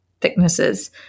thicknesses